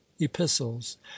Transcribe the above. epistles